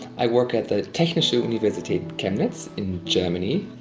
i work at the technische universitat chemnitz in germany,